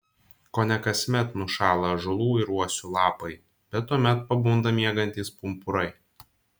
kone kasmet nušąla ąžuolų ir uosių lapai bet tuomet pabunda miegantys pumpurai